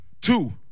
two